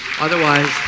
Otherwise